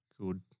good